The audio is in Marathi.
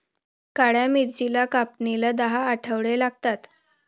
काळ्या मिरीच्या कापणीला दहा आठवडे लागतात